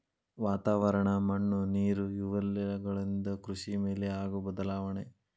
ವಾತಾವರಣ, ಮಣ್ಣು ನೇರು ಇವೆಲ್ಲವುಗಳಿಂದ ಕೃಷಿ ಮೇಲೆ ಆಗು ಬದಲಾವಣೆ